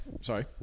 Sorry